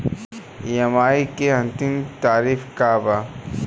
EMI के अंतिम तारीख का बा?